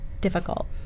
difficult